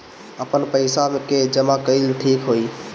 आपन पईसा के जमा कईल ठीक होई?